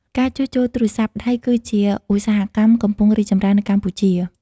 ការជួសជុលទូរស័ព្ទដៃគឺជាឧស្សាហកម្មកំពុងរីកចម្រើននៅកម្ពុជា។